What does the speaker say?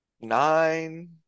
nine